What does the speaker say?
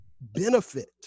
benefit